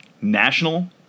national